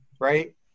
right